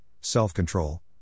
self-control